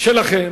שלכם